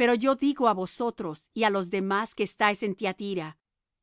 pero yo digo á vosotros y á los demás que estáis en tiatira